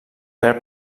perd